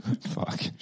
Fuck